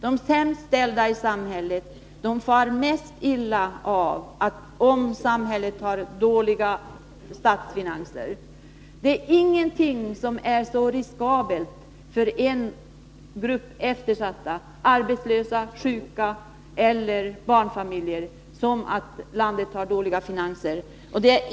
De sämst ställda i samhället far mest illa av om samhället har dåliga finanser. Det är ingenting som är så riskabelt för en grupp eftersatta — arbetslösa, sjuka eller barnfamiljer — som att landet har dåliga finanser.